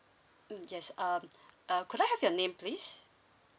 mm yes um err could I have your name please